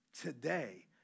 today